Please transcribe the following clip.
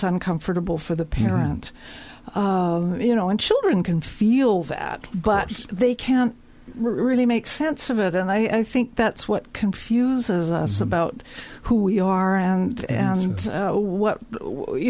uncomfortable for the parent you know and children can feel that but they can't really make sense of it and i think that's what confuses us about who we are around and what you